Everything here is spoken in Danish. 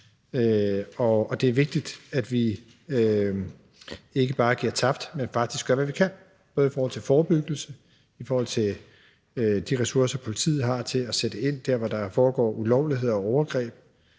Det er vigtigt, at vi ikke bare giver fortabt, men faktisk gør, hvad vi kan, både i forhold til forebyggelse og i forhold til de ressourcer, politiet har, til at sætte ind der, hvor der foregår ulovligheder og overgreb.